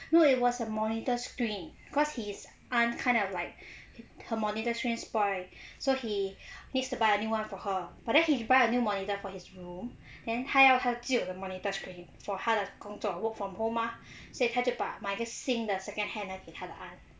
no it was a monitor screen because his aunt kind of like her monitor screen spoil so he needs to buy a new one for her but then he buy a new monitor for his room then 她要他久的 monitor screen for 她的工作 work from home mah 所以他就买了一个新的 second hand 来给他的 aunt